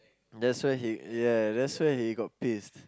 that's why ya that's why he got pissed